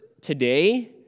today